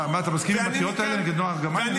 מה, אתה מסכים עם הקריאות האלה על נועה ארגמני?